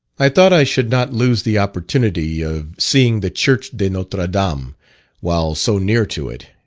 i thought i should not lose the opportunity of seeing the church de notre dame while so near to it,